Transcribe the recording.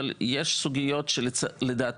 אבל יש גם סוגיות מעשיות.